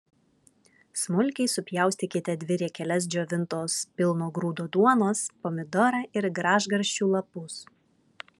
smulkiai supjaustykite dvi riekeles džiovintos pilno grūdo duonos pomidorą ir gražgarsčių lapus